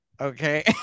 Okay